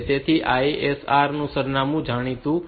તેથી ISR સરનામું જાણીતું છે